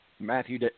Matthew